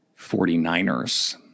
49ers